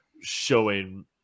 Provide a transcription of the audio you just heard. showing